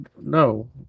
No